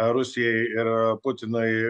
rusijai ir putinui